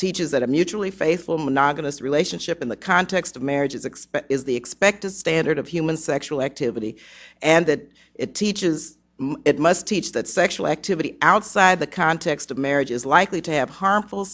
teaches that a mutually faithful monogamous relationship in the context of marriage is expect is the expected standard of human sexual activity and that it teaches it must teach that sexual activity outside the context of marriage is likely to have harmful